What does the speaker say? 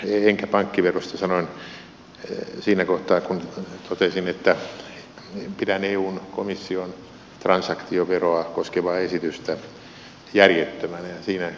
sanoin sen siinä kohtaa kun totesin että pidän eun komission transaktioveroa koskevaa esitystä järjettömänä ja siinä kannassani pysyn